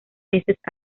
meses